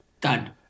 Done